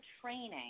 training